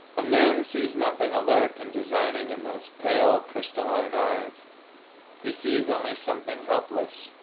a man sees nothing alert and designing in those pale, crystalline eyes he sees only something helpless,